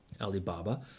Alibaba